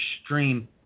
extreme